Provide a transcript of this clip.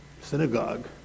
synagogue